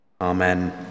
amen